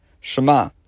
Shema